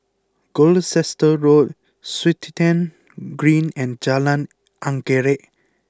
Gloucester Road Swettenham Green and Jalan Anggerek